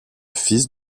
fils